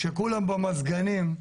כשכולם במזגנים,